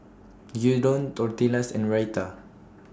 Gyudon Tortillas and Raita